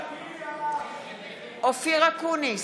נגד אופיר אקוניס,